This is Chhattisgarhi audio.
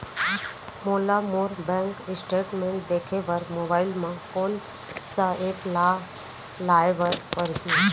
मोला मोर बैंक स्टेटमेंट देखे बर मोबाइल मा कोन सा एप ला लाए बर परही?